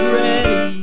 ready